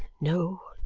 no,